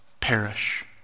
perish